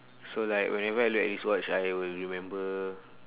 so like whenever I look at his watch I will remember